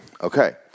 Okay